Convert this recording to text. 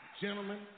Gentlemen